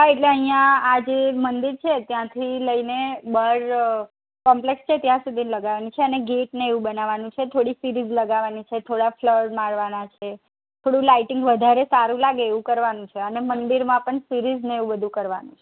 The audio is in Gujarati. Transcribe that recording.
હા એટલે અહિયાં આજે મંદિર છે ત્યાંથી લઈને બર કોમ્પલેક્ષ છે ત્યાં સુધી લગાવાની છે અને ગેટને એ બનાવાનું છે થોડીક સીરિઝ લગાવાની છે થોડા ફલ્ર મારવાના છે થોડું લાઇટિંગ વધારે સારું લાગે એવું કરવાનું છે અને મંદિરમાં પણ સીરિઝ ને એવું બધુ કરવાનું છે